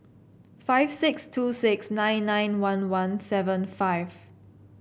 five six two six nine nine one one seven five